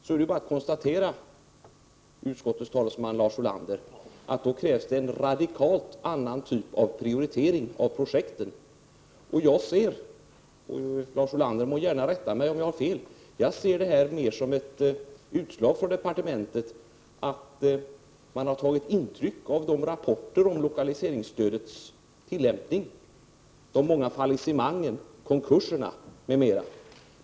Det är bara att konstatera, utskottets talesman Lars Ulander, att då krävs det en radikalt annan typ av prioritering av projekten. Lars Ulander må rätta mig om jag har fel, men jag ser det här mer som ett utslag av att departementet har tagit intryck av rapporterna om lokaliseringsstödets tillämpning — de många fallissemangen, konkurserna m.m.